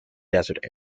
desert